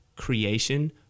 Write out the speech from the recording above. creation